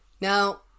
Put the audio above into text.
Now